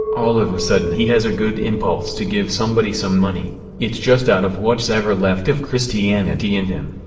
all of a sudden he has a good impulse to give somebody some money it's just out of what's ever left of christianity in him,